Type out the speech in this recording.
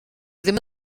ddim